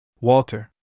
Walter